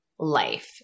life